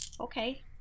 okay